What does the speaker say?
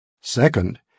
Second